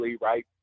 right